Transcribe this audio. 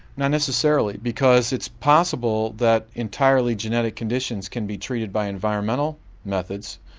not necessarily because it's possible that entirely genetic conditions can be treated by environmental methods.